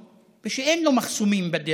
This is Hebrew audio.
22 מדינות,) אחרי נסיגה מלאה.